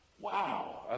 Wow